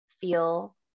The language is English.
feel